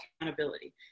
accountability